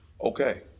okay